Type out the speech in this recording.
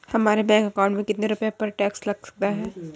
हमारे bank account में कितने रुपये पर टैक्स लग सकता है?